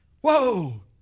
Whoa